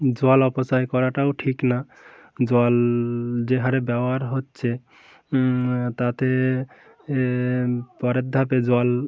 জল অপসয় করাটাও ঠিক না জল যে হারে ব্যবহার হচ্ছে তাতে পরের ধাপে জল